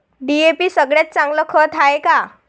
DAP सगळ्यात चांगलं खत हाये का?